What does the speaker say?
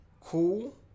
Cool